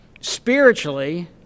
Spiritually